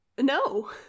no